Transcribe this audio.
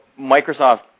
Microsoft